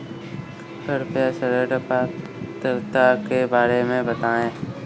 कृपया ऋण पात्रता के बारे में बताएँ?